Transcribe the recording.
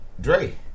Dre